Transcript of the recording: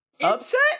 upset